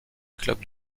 club